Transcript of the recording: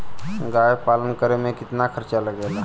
गाय पालन करे में कितना खर्चा लगेला?